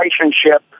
relationship